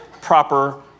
proper